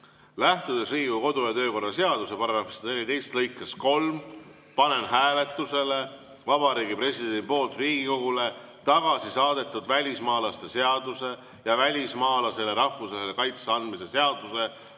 "Lähtudes Riigikogu kodu- ja töökorra seaduse §-st 114 lõikest 3 panen hääletusele Vabariigi Presidendi poolt Riigikogule tagasi saadetud välismaalaste seaduse ja välismaalasele rahvusvahelise kaitse andmise seaduse